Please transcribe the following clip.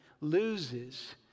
loses